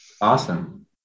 Awesome